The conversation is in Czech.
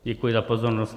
Děkuji za pozornost.